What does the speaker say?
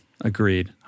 Agreed